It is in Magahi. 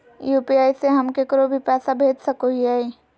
यू.पी.आई से हम केकरो भी पैसा भेज सको हियै?